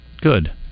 Good